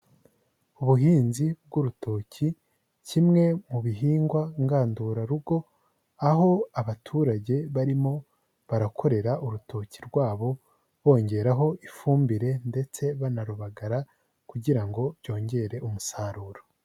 Ubuhinzi bw'urutoki kimwe mu bihingwa ngandurarugo, aho abaturage barimo barakorera urutoki rwabo bongeraho ifumbire ndetse banarubagara kugira ngo byongere umusaruro.